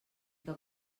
que